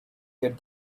get